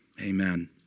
Amen